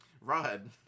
rod